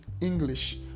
english